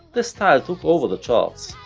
this style took over the charts,